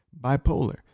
bipolar